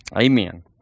Amen